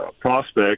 prospect